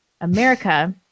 America